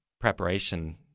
preparation